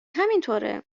همینطوره